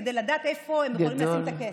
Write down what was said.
כדי לדעת איפה הם יכולים לשים את הכסף,